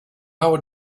how